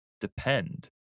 depend